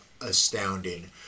astounding